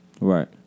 right